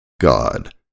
God